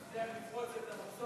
סגן יושב-ראש הכנסת.